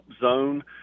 zone